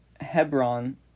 Hebron